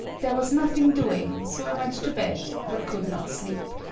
there was nothing doing, so i went to bed, but could not sleep.